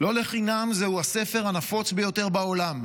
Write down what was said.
לא לחינם זהו הספר הנפוץ ביותר בעולם.